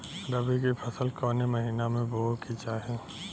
रबी की फसल कौने महिना में बोवे के चाही?